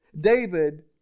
David